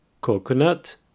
coconut